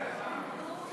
החרדי בשירות הציבורי (תיקוני חקיקה),